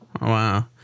Wow